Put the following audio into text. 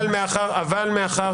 אבל מאחר